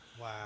Wow